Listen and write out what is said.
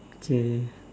okay